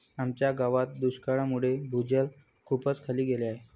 आमच्या गावात दुष्काळामुळे भूजल खूपच खाली गेले आहे